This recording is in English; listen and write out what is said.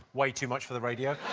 way too much for the radio.